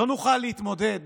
לא נוכל להתמודד